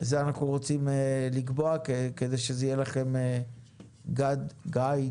את זה אנחנו רוצים לקבוע כדי שזה יהיה לכם Guidelines.